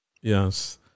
Yes